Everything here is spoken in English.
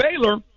Baylor